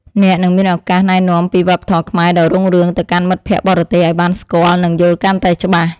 អ្នកនឹងមានឱកាសណែនាំពីវប្បធម៌ខ្មែរដ៏រុងរឿងទៅកាន់មិត្តភក្តិបរទេសឱ្យបានស្គាល់និងយល់កាន់តែច្បាស់។